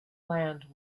land